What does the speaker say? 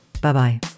Bye-bye